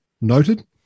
noted